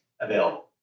available